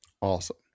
Awesome